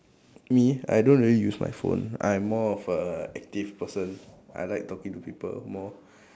me I don't really use my phone I'm more of a active person I like talking to people more